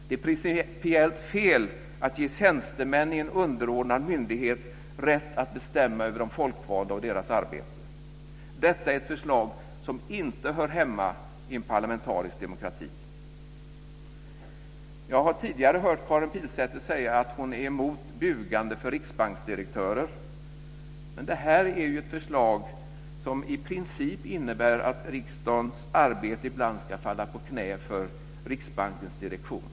Det är principiellt fel att ge tjänstemän hos en underordnad myndighet rätt att bestämma över de folkvalda och deras arbete. Detta är ett förslag som inte hör hemma i en parlamentarisk demokrati. Jag har tidigare hört Karin Pilsäter säga att hon är emot bugande för riksbanksdirektörer men det här är ju ett förslag som i princip innebär att riksdagens arbete ibland ska falla på knä för Riksbankens direktion.